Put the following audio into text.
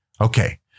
Okay